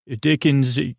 Dickens